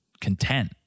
content